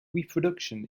reproduction